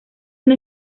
una